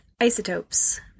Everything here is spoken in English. isotopes